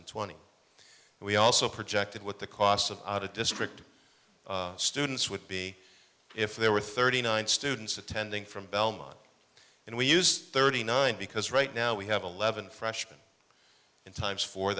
and twenty we also projected what the cost of out of district students would be if there were thirty nine students attending from belmont and we used thirty nine because right now we have eleven freshman in times fo